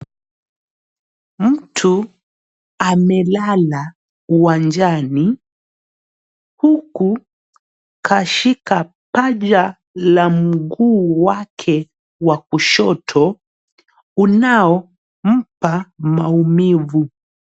Mtu amelala uwanjani huku kashika paja la mguu wake wa kushoto unaompa maumivu.